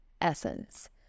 essence